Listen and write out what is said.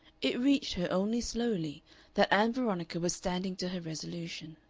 it reached her only slowly that ann veronica was standing to her resolution.